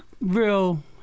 real